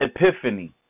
epiphany